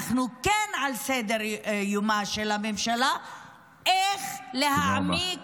אנחנו כן על סדר-יומה של הממשלה איך להעמיק